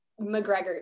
mcgregor